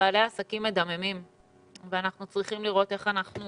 בעלי העסקים מדממים ואנחנו צריכים לראות איך אנחנו